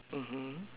mmhmm